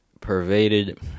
pervaded